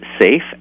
safe